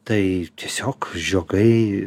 tai tiesiog žiogai